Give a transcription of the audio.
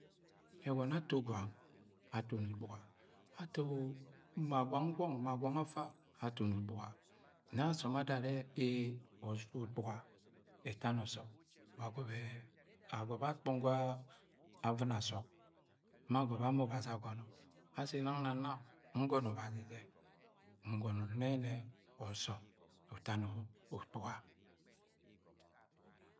Ẹgọnọ yẹ ato gwang atoni ukpuga. Ato ma gwang gwong ma gwang afa atoni ukpuga nẹ aso adoro arẹ ee ukpuga ẹta ni ọsọmi wa agọbẹ ama ọbazi agọnọ. Ashi nang na nam ngọnọ obazi jẹ, ngọnọ nnẹ nnẹ ọsom utani ukpuga.